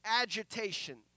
agitation